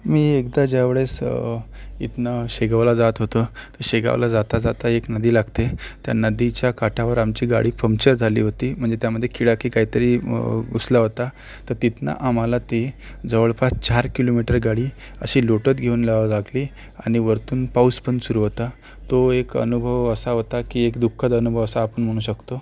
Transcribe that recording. मी एकदा ज्या वेळेस इथून शेगांवला जात होतो तर शेगांवला जाता जाता एक नदी लागते त्या नदीच्या काठावर आमची गाडी पंम्चर झाली होती म्हणजे त्यामध्ये खिळा की काहीतरी घुसला होता तर तिथनं आम्हाला ती जवळपास चार किलोमीटर गाडी अशी लोटत घेऊन लावावी लागली आणि वरतून पाऊस पण सुरू होता तो एक अनुभव असा होता की एक दुःखद अनुभव असा आपण म्हणू शकतो